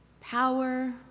Power